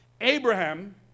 Abraham